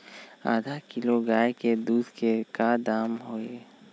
आधा किलो गाय के दूध के का दाम होई?